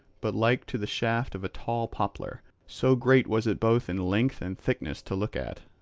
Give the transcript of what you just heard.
but like to the shaft of a tall poplar so great was it both in length and thickness to look at.